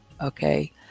okay